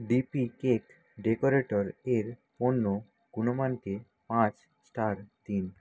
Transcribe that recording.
DP cake decorator এর পণ্য গুণমানকে পাঁচ স্টার দিন